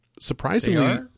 surprisingly